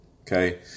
Okay